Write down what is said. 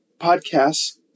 podcasts